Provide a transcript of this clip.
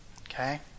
Okay